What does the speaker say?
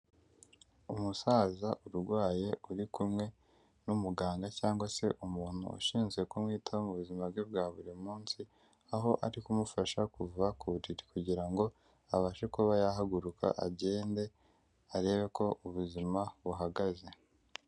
Umusaza urwaye uri kumwe n'umuganga cyangwa se umuntu ushinzwe kumwitaho mu buzima bwe bwa buri munsi, aho ari kumufasha kuva ku buriri kugira ngo abashe kuba yahaguruka agende arebe ko ubuzima buhagaze.